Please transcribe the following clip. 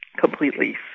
completely